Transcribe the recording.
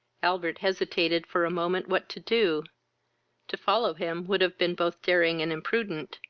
albert hesitated for a moment what to do to follow him would have been both daring and imprudent,